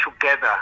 together